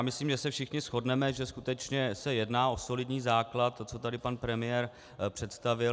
Myslím, že se všichni shodneme, že se skutečně jedná o solidní základ, to, co tady pan premiér představil.